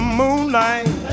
moonlight